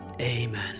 Amen